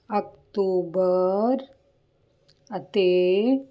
October ਅਤੇ